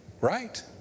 right